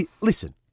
listen